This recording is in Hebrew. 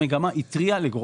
ממה הדואר יחיה?